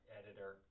editor